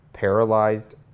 paralyzed